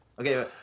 Okay